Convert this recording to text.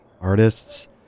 artists